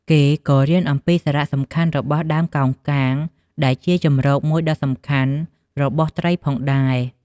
គេក៏រៀនអំំពីសារៈសំខាន់របស់ដើមកោងកាងដែលជាជម្រកមួយដ៏សំខាន់របស់ត្រីផងដែរ។